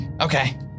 Okay